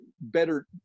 better